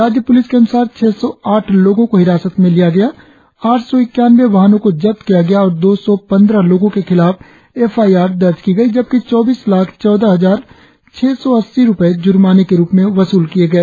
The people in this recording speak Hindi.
राज्य प्लिस के अन्सार छह सौ आठ लोगो को हिरासत में लिया गया आठ सौ इक्यानवें वाहनों को जब्त किया गया और दो सौ पंद्रह लोगो के खिलाफ एफ आई आर दर्ज की गई जबकि चौबीस लाख चौदह हजार छह सौ अस्सी रुपये ज्र्माने की रुप में वसूले गए